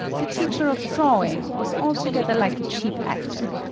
the teacher of drawing was altogether like a cheap actor.